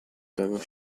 devo